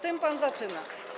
tym pan zaczyna.